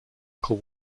knuckle